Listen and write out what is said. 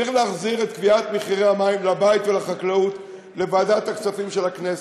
צריך להחזיר את קביעת מחירי המים לבית ולחקלאות לוועדת הכספים של הכנסת.